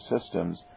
systems